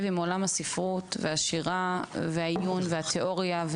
עם עולם הספרות והשירה והעיון והתיאוריה,